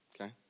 okay